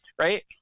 right